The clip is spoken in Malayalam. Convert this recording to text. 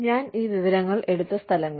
ഞാൻ ഈ വിവരങ്ങൾ എടുത്ത സ്ഥലങ്ങൾ